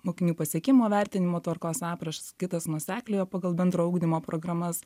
mokinių pasiekimų vertinimo tvarkos aprašas kitas nuosekliojo pagal bendrojo ugdymo programas